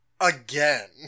again